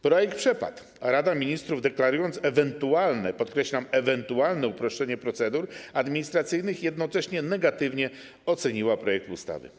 Projekt przepadł, a Rada Ministrów deklarując ewentualne - podkreślam: ewentualne - uproszczenie procedur administracyjnych, jednocześnie negatywnie oceniła projekt ustawy.